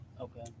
Okay